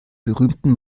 berühmten